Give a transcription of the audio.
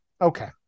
okay